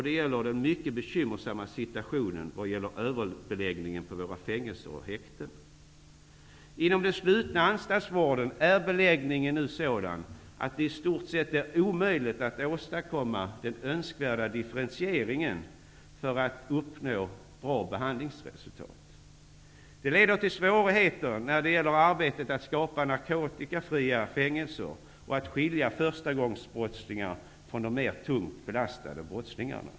Det gäller den mycket bekymmersamma situationen med överbeläggning på våra fängelser och häkten. Inom den slutna anstaltsvården är beläggningen nu sådan, att det i stort sett är omöjligt att åstadkomma den önskvärda differentiering som krävs för att man skall uppnå bra behandlingsresultat. Det leder till svårigheter i arbetet med att skapa narkotikafria fängelser och att skilja förstagångsbrottslingar från de mer tungt belastade brottslingarna.